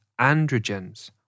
androgens